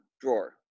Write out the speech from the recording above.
drawer